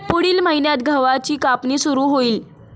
पुढील महिन्यात गव्हाची कापणी सुरू होईल